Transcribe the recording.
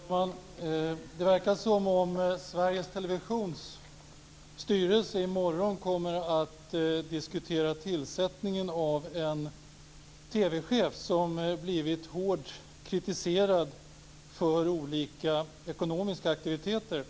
Fru talman! Det verkar som att Sveriges Televisions styrelse i morgon kommer att diskutera tillsättningen av en TV-chef som blivit hårt kritiserad för olika ekonomiska aktiviteter.